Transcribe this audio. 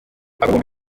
bombi